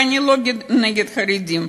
ואני לא נגד חרדים,